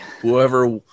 whoever